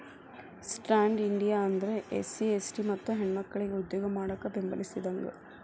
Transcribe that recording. stand up India ಅಂದ್ರ SC ST ಮತ್ತ ಹೆಣ್ಮಕ್ಕಳಿಗೆ ಉದ್ಯೋಗ ಮಾಡಾಕ ಬೆಂಬಲಿಸಿದಂಗ